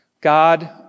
God